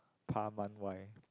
Pah Mun Wai